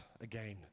again